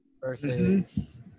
Versus